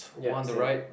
yup same